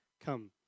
come